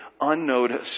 unnoticed